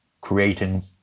creating